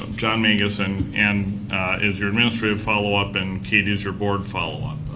um john mangus and and is your administrative follow-up in katie is your board follow-up.